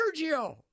Sergio